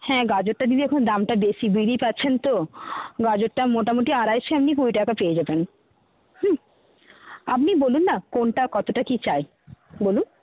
হ্যাঁ গাজরটার দিদি এখন দামটা বেশি পারছেন তো গাজরটা মোটামুটি আড়াইশো এমনি কুড়ি টাকায় পেয়ে যাবেন হুম আপনি বলুন না কোনটা কতটা কী চাই বলুন